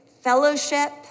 Fellowship